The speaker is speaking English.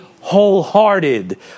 wholehearted